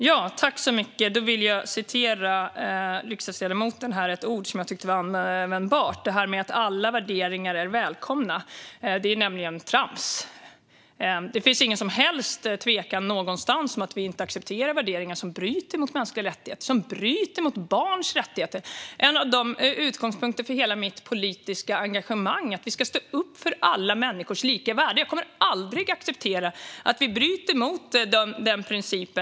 Herr ålderspresident! Jag vill ta upp ett ord som riksdagsledamoten sa och som jag tyckte var användbart när det gäller detta att alla värderingar skulle vara välkomna. Det är nämligen trams. Det finns ingen som helst tvekan, någonstans, om att vi inte accepterar värderingar som bryter mot mänskliga rättigheter - som bryter mot barns rättigheter. En av utgångspunkterna för hela mitt politiska engagemang är att vi ska stå upp för alla människors lika värde, och jag kommer aldrig att acceptera att vi bryter mot den principen.